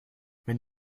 wenn